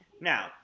now